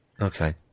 Okay